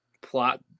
plot